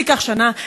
זה ייקח שנה,